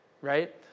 right